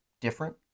different